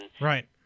Right